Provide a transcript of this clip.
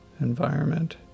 environment